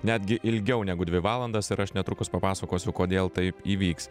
netgi ilgiau negu dvi valandas ir aš netrukus papasakosiu kodėl taip įvyks